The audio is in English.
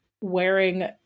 wearing